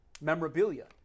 memorabilia